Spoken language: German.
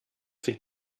sich